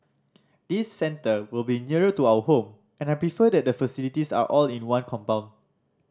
this centre will be nearer to our home and I prefer that the facilities are all in one compound